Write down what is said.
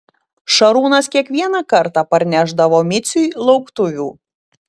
šarūnas kiekvieną kartą parnešdavo miciui lauktuvių